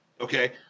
Okay